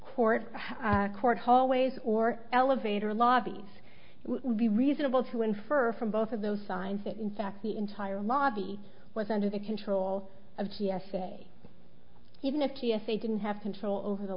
court court hallways or elevator lobbies will be reasonable to infer from both of those signs that in fact the entire lobby was under the control of t s a even if t s a didn't have control over the